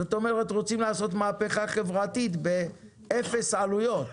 זאת אומרת, רוצים לעשות מהפכה חברתית באפס עלויות,